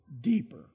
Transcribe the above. deeper